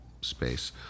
space